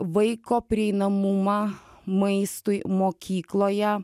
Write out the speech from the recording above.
vaiko prieinamumą maistui mokykloje